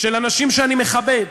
של אנשים שאני מכבד,